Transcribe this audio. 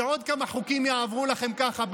שעוד כמה חוקים יעברו לכם ככה,